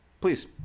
Please